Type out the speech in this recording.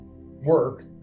work